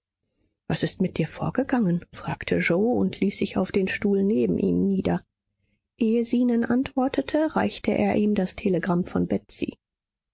was ist mit dir vorgegangen fragte yoe und ließ sich auf den stuhl neben ihm nieder ehe zenon antwortete reichte er ihm das telegramm von betsy